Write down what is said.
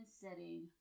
setting